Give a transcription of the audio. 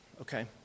okay